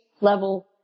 level